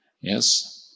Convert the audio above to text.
yes